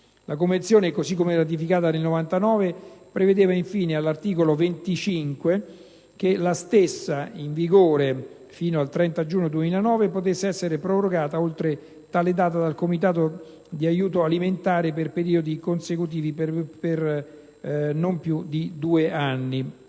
La Convenzione, così come ratificata nel 1999, prevedeva, infine, all'articolo 25, che la stessa, in vigore fino al 30 giugno 2009, potesse essere prorogata oltre tale data dal Comitato di aiuto alimentare per periodi consecutivi di non più di due anni.